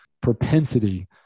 propensity